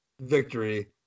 victory